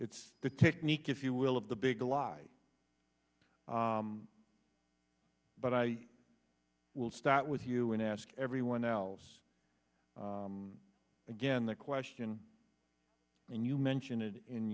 it's the technique if you will of the big lie but i will start with you and ask everyone else again the question and you mention it in